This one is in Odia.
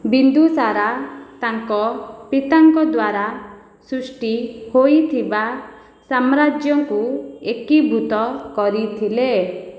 ବିନ୍ଦୁସାର ତାଙ୍କ ପିତାଙ୍କ ଦ୍ୱାରା ସୃଷ୍ଟି ହୋଇଥିବା ସାମ୍ରାଜ୍ୟଙ୍କୁ ଏକୀଭୂତ କରିଥିଲେ